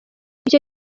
icyo